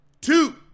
two